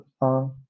on